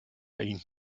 ihn